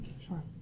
Sure